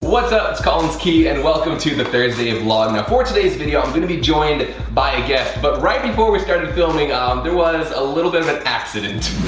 what's up? it's collins key and welcome to the third day of logna. for today's video, i'm going to be joined by a guest, but right before we started filming um there was a little bit of an accident.